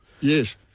yes